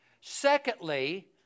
Secondly